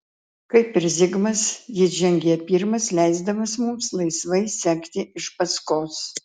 kaip ir zigmas jis žengė pirmas leisdamas mums laisvai sekti iš paskos